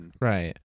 Right